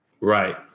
Right